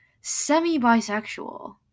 semi-bisexual